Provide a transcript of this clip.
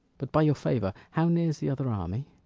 but, by your favour, how near's the other army?